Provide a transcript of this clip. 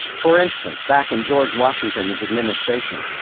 for instance, back in george washington's administration,